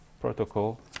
protocol